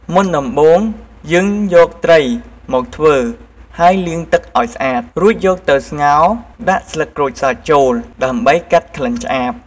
មុនដំបូង ត្រូវយកត្រីមកធ្វើ ហេីយលាងទឹកឲ្យស្អាត រួចយកទៅស្ងោរដាក់ស្លឹកក្រូចសើចចូល ដើម្បីកាត់ក្លិនឆ្អាប។